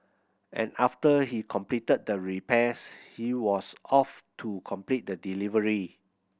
and after he completed the repairs he was off to complete the delivery